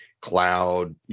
cloud